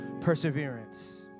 perseverance